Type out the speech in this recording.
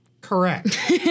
Correct